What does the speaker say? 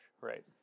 Right